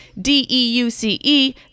d-e-u-c-e